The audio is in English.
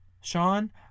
Sean